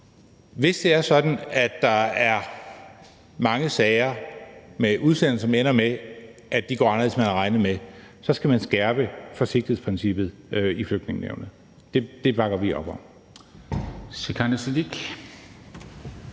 at der er mange sager med udsendelser, som ender med, at de går anderledes, end man havde regnet med, så skal man skærpe forsigtighedsprincippet i Flygtningenævnet. Det bakker vi op om.